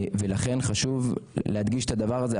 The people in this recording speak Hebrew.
לכן חשוב להדגיש את הדבר הזה.